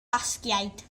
basgiaid